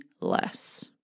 less